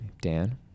Dan